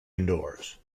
indoors